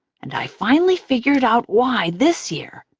and i finally figured out why this year.